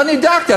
ואני דאגתי.